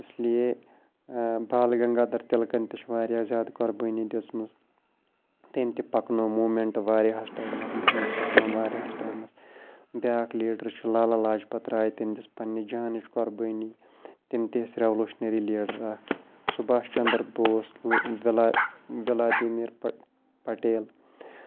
اِسلیے بال گنٛگا دَر تِلکَن تہِ چھِ واریاہ زیادٕ قۄربٲنی دِژمٕژ تٔمۍ تہِ پَکنٲو موٗمینٹہٕ واریاہَس ٹایمَس مُہِم پَکنٲوٕن واریاہَس ٹایمَس بیاکھ لیٖڈَر چھُ لالا لاجپَت راے تٔمۍ دِژ پَننہِ جانٕچ قۄربٲنی تٔمۍ تہِ اَسہِ ریولوٗشنٔری لیٖڈر اکھ سُبہاش چندر بوس وِلا وِلادی میٖر پٹ پٹیل